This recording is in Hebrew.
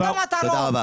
פתאום אתה רוב.